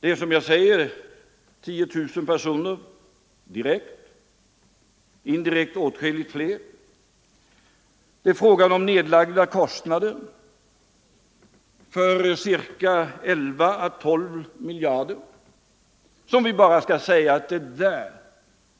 Det är, som jag sagt, 10 000 direkt sysselsatta, och indirekt berörs åtskilligt fler. Kostnaderna för den hittillsvarande verksamheten uppgår till 11 å 12 miljarder kronor. Nu skulle vi bara säga att